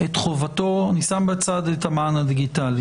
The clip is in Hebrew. בצד את המען הדיגיטלי.